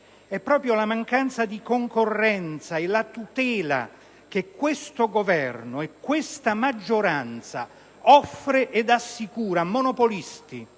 È proprio la mancanza di concorrenza e la tutela che questo Governo e questa maggioranza offrono ed assicurano a monopolisti,